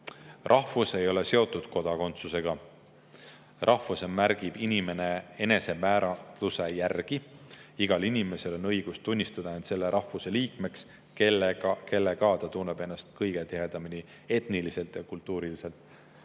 Rahvus ei ole seotud kodakondsusega. Rahvuse märgib inimene enesemääratluse järgi. Igal inimesel on õigus tunnistada end selle rahvuse liikmeks, kellega ta tunneb ennast etniliselt ja kultuuriliselt